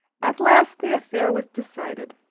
at last the affair was decided.